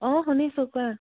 অঁ শুনিছোঁঁ কোৱা